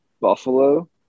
Buffalo